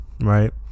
right